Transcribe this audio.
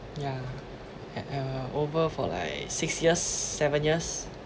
yeah I uh over for like six years seven years